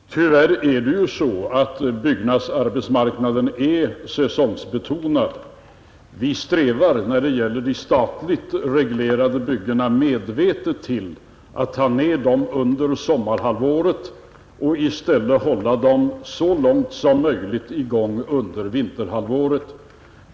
Fru talman! Tyvärr är det ju så att byggnadsarbetsmarknaden är säsongbetonad. Vi strävar när det gäller de statligt reglerade byggena medvetet efter att ta ner dem under sommarhalvåret och i stället hålla dem så långt som möjligt i gång under vinterhalvåret.